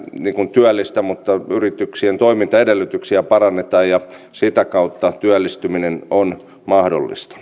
työllistä mutta yrityksien toimintaedellytyksiä parannetaan ja sitä kautta työllistyminen on mahdollista